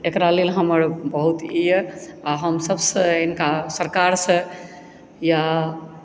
एकरा लेल हमर बहुत ई एहि आ हम सबसँ सरकारसँ या